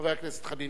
חבר הכנסת חנין.